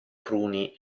cruni